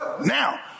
Now